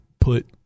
put